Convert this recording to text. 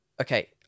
Okay